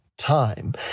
time